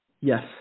Yes